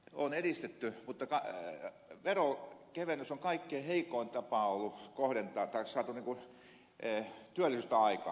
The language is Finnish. on edistetty mutta veronkevennys on kaikkein heikoin tapa ollut saada työllisyyttä aikaan